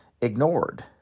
ignored